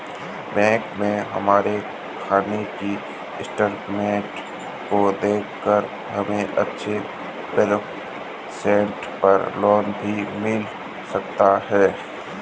bank में हमारे खाने की स्टेटमेंट को देखकर हमे अच्छे परसेंट पर लोन भी मिल सकता है